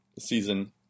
season